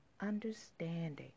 understanding